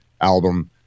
album